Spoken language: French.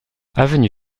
avenue